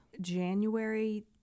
January